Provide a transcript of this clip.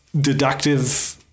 deductive